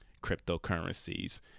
cryptocurrencies